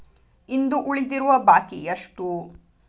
ಇಂದು ಉಳಿದಿರುವ ಬಾಕಿ ಎಷ್ಟು?